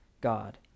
God